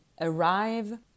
arrive